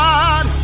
God